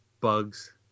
bugs